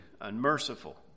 unmerciful